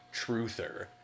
truther